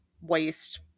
waste